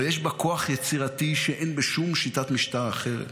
אבל יש בה כוח יצירתי שאין בשום שיטת משטר אחרת.